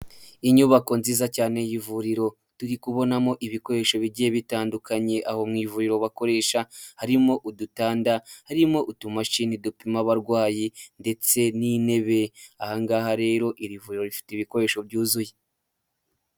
Inyubako nziza cyane y'ivuriro, turi kubonamo ibikoresho bigiye bitandukanye, aho mu ivuriro bakoresha harimo udutanda, harimo utumamashini dupima abarwayi ndetse n'intebe aha ngaha rero iri vuriro rifite ibikoresho byuzuye.